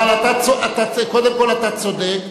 קודם כול, אתה צודק.